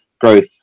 growth